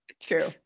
True